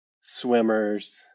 swimmers